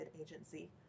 agency